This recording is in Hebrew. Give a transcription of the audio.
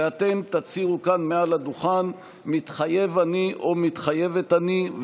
ואתם תצהירו כאן מעל הדוכן "מתחייב אני" או "מתחייבת אני".